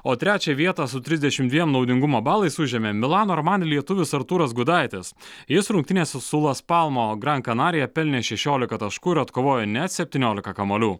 o trečią vietą su trisdešim dviem naudingumo balais užėmė milano roman lietuvis artūras gudaitis jis rungtynėses su laspalmo grankanarija pelnė šešiolika taškų ir atkovojo net septyniolika kamuolių